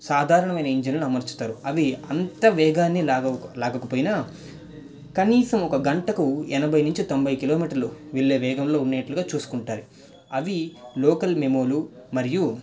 సాధారణమైన ఇంజన్లని అమరుస్తారు అవి అంత వేగాన్ని లాగవు లాగకపోయినా కనీసం ఒక గంటకు ఎనభై నుంచి తొంభై కిలోమీటర్ల వెళ్ళే వేగంగా చూసుకుంటారు అవి లోకల్ మెమోలు మరియు